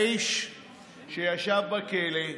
האיש שישב בכלא,